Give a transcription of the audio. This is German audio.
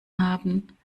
haben